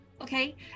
Okay